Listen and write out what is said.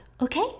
okay